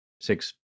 six